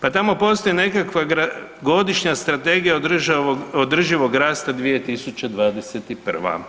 Pa tamo postoji nekakva godišnja strategija održivog rasta 2021.